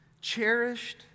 cherished